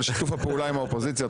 על שיתוף הפעולה עם האופוזיציה.